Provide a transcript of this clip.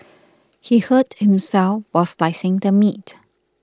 he hurt himself while slicing the meat